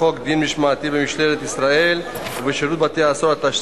חוק דין משמעתי במשטרת ישראל ובשירות בתי-הסוהר (תיקוני חקיקה),